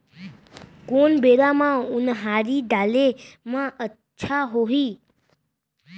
कोन बेरा म उनहारी डाले म अच्छा होही?